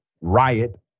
riot